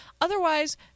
Otherwise